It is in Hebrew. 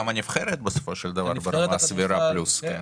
גם הנבחרת בסופו של דבר ברמה סבירה פלוס.